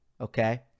Okay